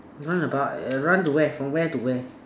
run about err run to where from where to where